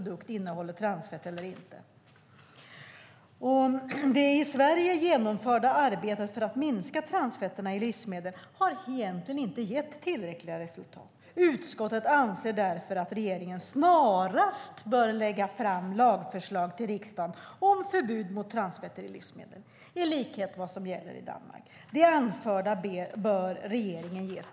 Det i Sverige genomförda arbetet för att minska transfetterna i livsmedel har hittills inte gett tillräckliga resultat. Utskottet anser därför att regeringen snarast bör lägga fram lagförslag till riksdagen om förbud mot transfetter i livsmedel, i likhet med vad som gäller i Danmark. Det anförda bör ges regeringen till känna."